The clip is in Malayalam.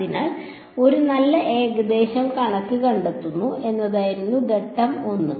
അതിനാൽ ഒരു നല്ല ഏകദേശ കണക്ക് കണ്ടെത്തുക എന്നതായിരുന്നു ഘട്ടം 1